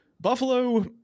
Buffalo